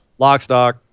Lockstock